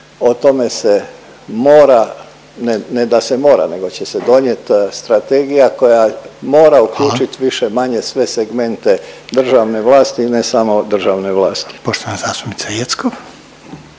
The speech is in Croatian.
o tome se mora, ne da se mora nego će se donijet strategija koja mora uključit …/Upadica Reiner: Hvala./… više-manje sve segmente državne vlasti i ne samo državne vlasti. **Reiner, Željko